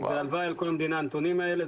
הלוואי על כל הבדיקות הנתונים האלה.